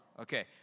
Okay